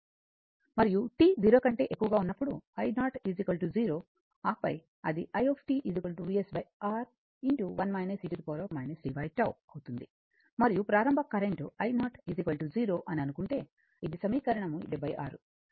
మరియు t 0 కంటే ఎక్కువగా ఉన్నప్పుడు i0 0 ఆపై అది i VsR 1 e tτ అవుతుంది మరియు ప్రారంభ కరెంట్ i0 0 అని అనుకుంటే ఇది సమీకరణం 76